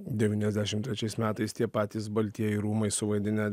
devyniasdešimt trečiais metais tie patys baltieji rūmai suvaidinę